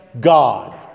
God